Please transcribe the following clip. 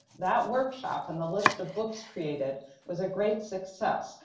that workshop and the list of books created was a great success.